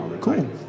Cool